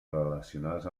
relacionades